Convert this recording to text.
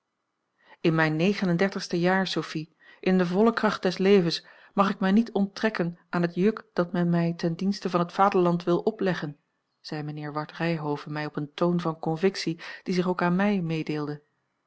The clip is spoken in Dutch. in mijn negen en dertigste jaar sophie in de volle kracht des levens mag ik mij niet onttrekken aan het juk dat men mij ten dienste van het vaderland wil opleggen zei mijnheer ward ryhove mij op een toon van convictie die zich ook aan mij meedeelde